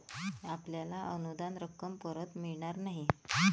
आपल्याला अनुदान रक्कम परत मिळणार नाही